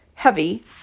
heavy